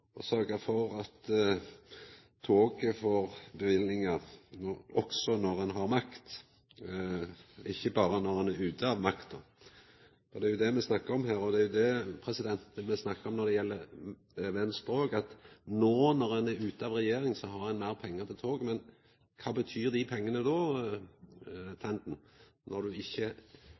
å sørgja for at toget får løyvingar, også når ein har makt – ikkje berre når ein er ute av makta. Det er jo det me snakkar om her, og det er det me vil snakka om når det gjeld Venstre, at no, når ein er ute av regjering, har ein meir pengar til tog. Men kva tyder dei pengane då, når